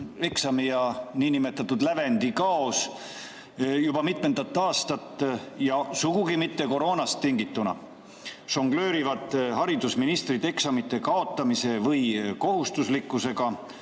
eksami ja niinimetatud lävendi kaos juba mitmendat aastat ja sugugi mitte koroonast tingituna. Haridusministrid žongleerivad eksamite kaotamise või kohustuslikkusega,